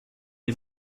est